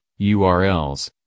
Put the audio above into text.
URLs